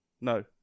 no